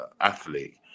athlete